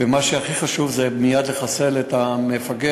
ומה שהכי חשוב זה מייד לחסל את המפגע,